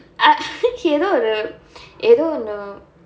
ஏதோ ஒரு ஏதோ ஒன்னு:etho oru etho onnu